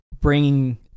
bringing